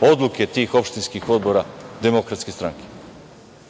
odluke tih opštinskih odbora Demokratske stranke.U